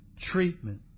treatment